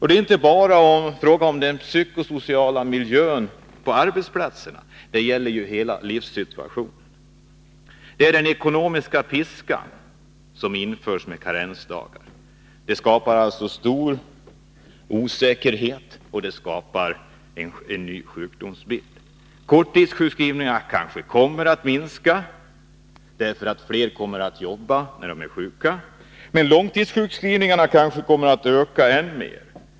Det är inte bara fråga om den psykosociala miljön på arbetsplatserna, utan det gäller hela livssituationen. Det är den ekonomiska piskan som införs med karensdagarna. Det skapar alltså stor osäkerhet, och det skapar en ny sjukdomsbild. Korttidssjukskrivningarna kanske kommer att minska, därför att fler kommer att jobba när de är sjuka, men långtidssjukskrivningarna kanske kommer att öka än mer.